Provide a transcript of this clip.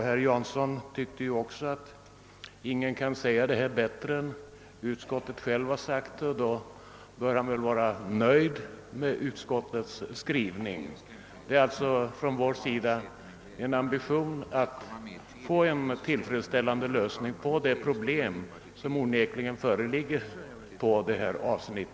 Herr Jansson ansåg ju också att detta inte kan sägas bättre än vad utskottet gjort och då bör han väl vara nöjd med utskottets skrivning. Vi har haft en ambition att finna en tillfredsställande lösning på det problem som onekligen föreligger på detta område.